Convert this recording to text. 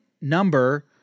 number